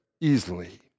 easily